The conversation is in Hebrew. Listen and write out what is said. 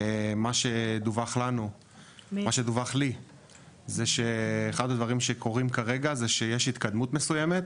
מה שדווח לי זה שאחד הדברים שקורים כרגע זה שיש התקדמות מסויימת,